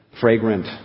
Fragrant